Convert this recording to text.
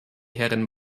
herren